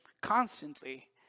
constantly